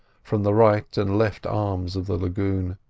from the right and left arms of the lagoon